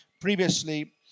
previously